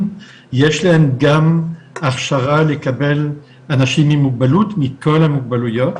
יש להם גם הכשרה לקבל אנשים עם מוגבלות מכל המוגבלויות